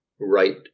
right